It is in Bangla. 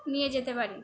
নিয়ে যেতে পারি